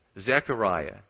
Zechariah